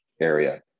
area